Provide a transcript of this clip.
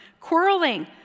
Quarreling